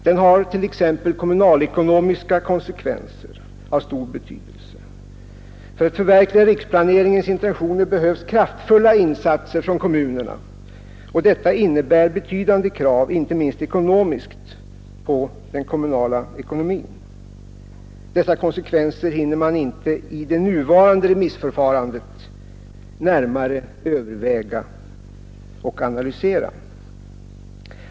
Den har t.ex. kommunalekonomiska konsekvenser av stor betydelse. För att förverkliga riksplaneringens intentioner behövs kraftfulla insatser från kommunerna, och detta innebär betydande krav på kommunerna, inte minst ekonomiskt. Dessa konsekvenser hinner man i det nuvarande remissförfarandet inte närmare analysera och överväga.